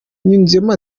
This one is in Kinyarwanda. yunzemo